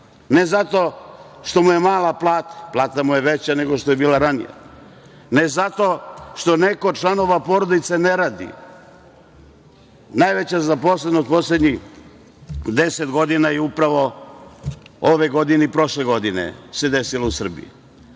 ne zato što mu je mala plata, plata mu je veća nego što je bila ranije, ne zato što neko od članova porodice ne radi. Najveća zaposlenost u poslednjih 10 godina je upravo ove godine i prošle godine se desilo u Srbiji,